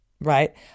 Right